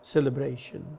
Celebration